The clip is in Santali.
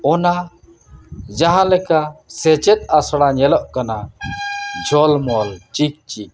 ᱚᱱᱟ ᱡᱟᱦᱟᱸ ᱞᱮᱠᱟ ᱥᱮᱪᱮᱫ ᱟᱥᱲᱟ ᱧᱮᱞᱚᱜ ᱠᱟᱱᱟ ᱡᱷᱚᱞᱢᱚᱞ ᱪᱤᱠ ᱪᱤᱠ